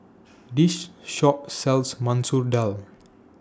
This Shop sells Masoor Dal